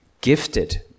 gifted